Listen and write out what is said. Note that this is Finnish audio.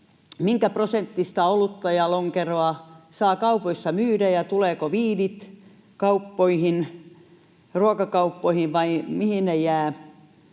minkä prosenttista olutta ja lonkeroa saa kaupoissa myydä ja tulevatko viinit ruokakauppoihin vai mihin ne jäävät.